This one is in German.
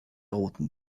roten